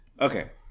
Okay